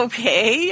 Okay